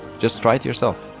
just try it yourself.